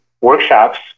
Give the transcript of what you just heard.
workshops